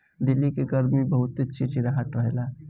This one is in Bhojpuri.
दिल्ली के गरमी में बहुते चिपचिपाहट रहेला